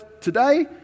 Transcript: today